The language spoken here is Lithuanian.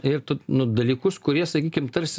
ir tu nu dalykus kurie sakykim tarsi